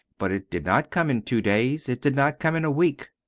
but it did not come in two days. it did not come in a week.